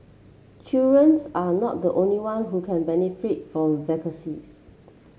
children's are not the only one who can benefit from vaccines